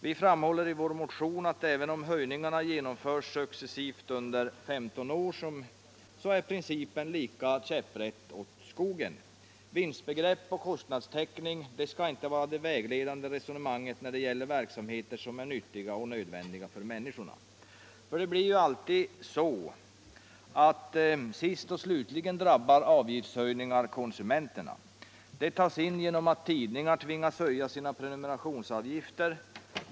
Vi framhåller i vår motion att även om höjningarna genomförs successivt under 15 år, så är principen fika käpprätt åt skogen. Vinstbegrepp och kostnadstäckning skall inte vara det vägledande resonemanget när det gäller verksamheter som är nyttiga och nödvändiga för människorna. För det blir ju alltid så att sist och slutligen drabbar avgiftshöjningarna konsumenterna. De tas igen genom att tidningarna tvingas höja sina prenumerationsavgifter.